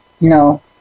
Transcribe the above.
No